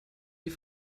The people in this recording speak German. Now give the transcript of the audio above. die